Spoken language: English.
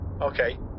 Okay